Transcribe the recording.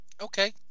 Okay